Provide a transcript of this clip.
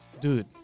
Dude